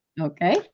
Okay